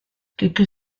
quelques